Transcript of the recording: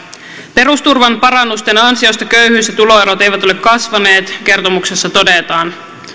perusturvan parannusten ansiosta köyhyys ja tuloerot eivät ole kasvaneet kertomuksessa todetaan